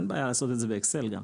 לכן אין בעיה לעשות את זה באקסל גם.